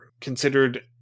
considered